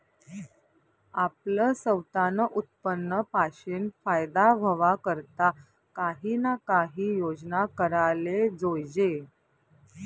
आपलं सवतानं उत्पन्न पाशीन फायदा व्हवा करता काही ना काही योजना कराले जोयजे